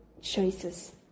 choices